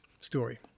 story